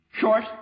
Short